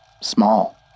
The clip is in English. Small